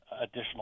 additional